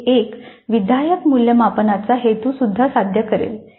हे एक विधायक मूल्यमापनाचा हेतू सुद्धा साध्य करेल